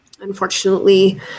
Unfortunately